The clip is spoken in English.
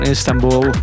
Istanbul